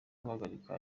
guhagarika